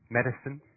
Medicine